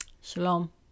Shalom